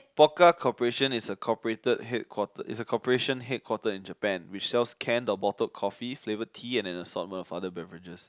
Pokka corporation is a corporated headquater is a corporation headquarter in Japan which sells canned or bottled coffee flavoured tea and assortments of other beverages